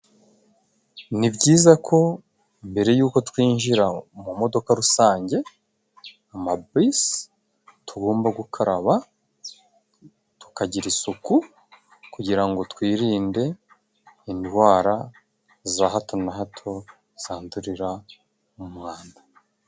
Ni byizako mbere y'uko twinjira mu modoka rusange amabisi, tugomba gukaraba tukagira isuku kugira ngo twirinde indwara za hato na hato zandurira mu mwanda.